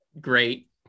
Great